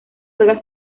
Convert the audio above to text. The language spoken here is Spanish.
juega